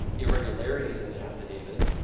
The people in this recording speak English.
irregularities in the affidavit.